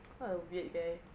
what a weird guy